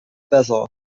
besser